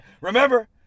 remember